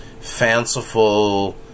fanciful